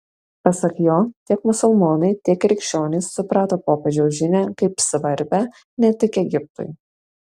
pasak jo tiek musulmonai tiek krikščionys suprato popiežiaus žinią kaip svarbią ne tik egiptui